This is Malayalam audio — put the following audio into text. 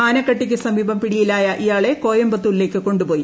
ആനക്കട്ടിക്ക് സമീപം പിടിയിലായ ഇയാളെ കോയമ്പത്തൂരിലേക്ക് കൊണ്ടുപോയി